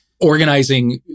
organizing